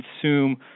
consume